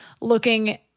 looking